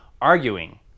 arguing